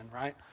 right